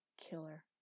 Killer